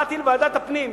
באתי לוועדת הפנים,